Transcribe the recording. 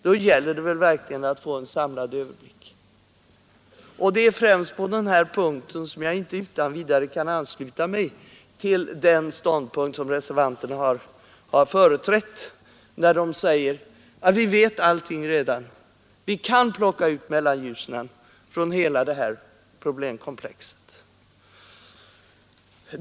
Då gäller det verkligen att få en samlad överblick. Det är främst på den här punkten som jag inte utan vidare kan ansluta mig till den ståndpunkt som reservanterna här har företrätt när de säger: Vi vet redan allting. Vi kan plocka ut Mellanljusnan från hela detta problemkomplex.